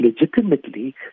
legitimately